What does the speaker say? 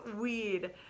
weed